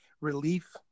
relief